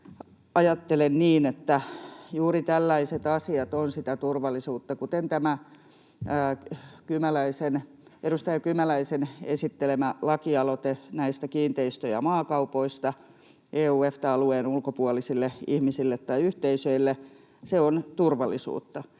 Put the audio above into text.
ajattelen niin, että juuri tällaiset asiat ovat sitä turvallisuutta, kuten tämä edustaja Kymäläisen esittelemä lakialoite näistä kiinteistö- ja maakaupoista EU- ja EFTA-alueen ulkopuolisille ihmisille tai yhteisöille. Se on turvallisuutta.